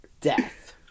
Death